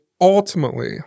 ultimately